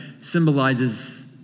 symbolizes